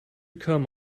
come